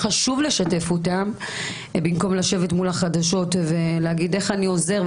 חשוב לשתף אותה במקום לשבת מול החדשות ולהגיד איך אני עוזר.